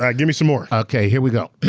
like give me some more. okay, here we go.